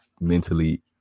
mentally